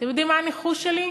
אתם יודעים מה הניחוש שלי?